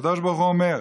הקדוש ברוך הוא אומר: